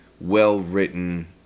well-written